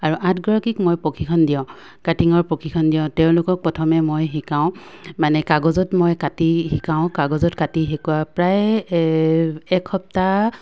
আৰু আঠগৰাকীক মই প্ৰশিক্ষণ দিয়াওঁ কাটিঙৰ প্ৰশিক্ষণ দিয়াওঁ তেওঁলোকক প্ৰথমে মই শিকাওঁ মানে কাগজত মই কাটি শিকাওঁ কাগজত কাটি শিকোৱা প্ৰায় একসপ্তাহ